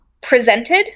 presented